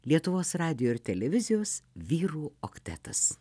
lietuvos radijo ir televizijos vyrų oktetas